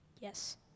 Yes